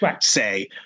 say